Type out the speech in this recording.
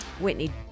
Whitney